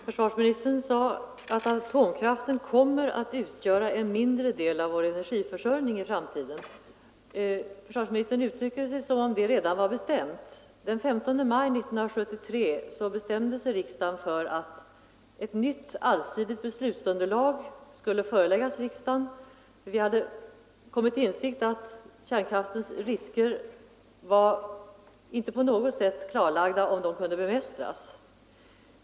Herr talman! Försvarsministern sade att en mindre del av vår energiförsörjning i framtiden kommer att utgöras av atomkraft. Försvarsministern uttryckte sig som om det redan var bestämt. Den 15 maj 1973 bestämde sig riksdagen för att ett nytt allsidigt beslutsunderlag skulle föreläggas riksdagen. Vi hade kommit till insikt om att det inte på något sätt var klarlagt om kärnkraftens risker kunde bemästras.